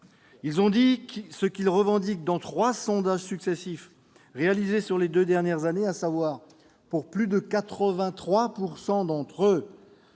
Ils ont dit ce qu'ils revendiquent dans trois sondages successifs réalisés sur les deux dernières années, à savoir, pour plus de 83 % d'entre eux,